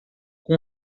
com